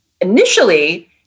initially